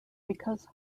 because